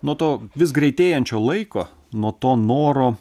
nuo to vis greitėjančio laiko nuo to noro